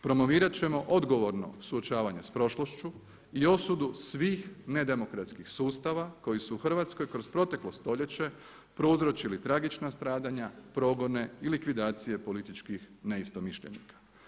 Promovirat ćemo odgovorno suočavanje s prošlošću i osudu svih nedemokratskih sustava koji su u Hrvatskoj kroz proteklo stoljeće prouzročili tragična stradanja, progone i likvidacije političkih neistomišljenika.